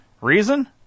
Reason